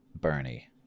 Bernie